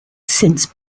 since